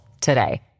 today